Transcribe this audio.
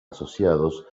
asociados